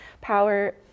power